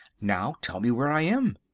now tell me where i am?